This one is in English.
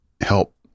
help